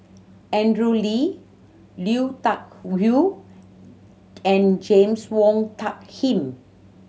Andrew Lee Lui Tuck Yew and James Wong Tuck Yim